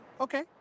Okay